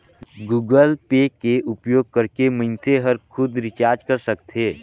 Google Pay के उपयोग करके मइनसे हर खुद रिचार्ज कर सकथे